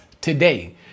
today